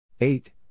Eight